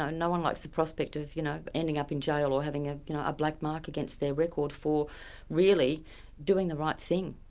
no-one likes the prospect of you know ending up in jail or having a you know black mark against their record for really doing the right thing.